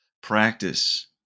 practice